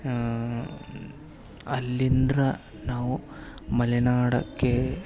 ಅಲ್ಲಿಂದ್ರ ನಾವು ಮಲೆನಾಡಕ್ಕೇ